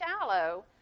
shallow